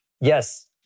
yes